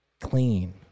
Clean